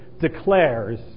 declares